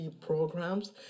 programs